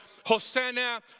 Hosanna